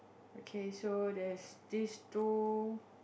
okay so there's this two